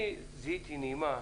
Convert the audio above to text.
אני זיהיתי נימה,